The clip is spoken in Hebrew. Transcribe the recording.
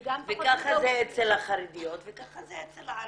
וככה זה אצל החרדיות וככה זה אצל הערביות.